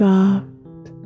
Soft